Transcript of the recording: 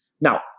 Now